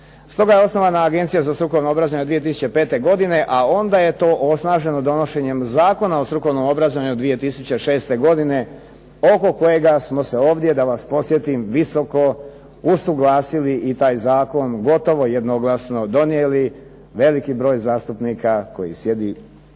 Stoga je osnovana Agencija za strukovno obrazovanje 2005. godine, a onda je to osnaženo donošenjem Zakona o strukovnom obrazovanju 2006. godine oko kojega smo se ovdje, da vas podsjetim, visoko usuglasili i taj zakon gotovo jednoglasno donijeli. Veliki broj zastupnika koji sjede u ovom